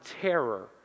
terror